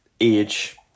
age